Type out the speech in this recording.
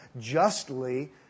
justly